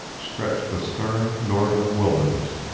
stretched the stern northern wilderness,